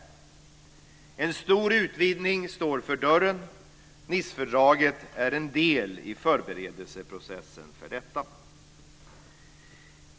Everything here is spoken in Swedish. En stor utvidgning står för dörren. Nicefördraget är en del i förberedelseprocessen för detta.